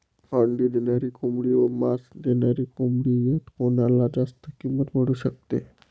अंडी देणारी कोंबडी व मांस देणारी कोंबडी यात कोणाला जास्त किंमत मिळू शकते?